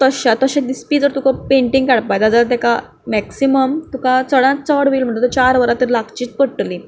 तशाक तशें दिसपी तर तुका पेंटींग काडपाक जाय जाल्यार ताका मॅक्सीमम तुका चडांत चड वेळ म्हणटा तो चार वरां तरी लागचीच पडटलीं